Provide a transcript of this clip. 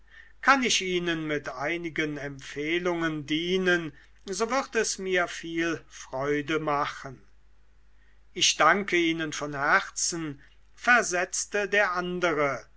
kann ich ihnen mit einigen empfehlungen dienen so wird es mir viel freude machen ich danke ihnen von herzen versetzte der andere